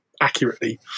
accurately